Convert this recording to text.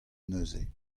neuze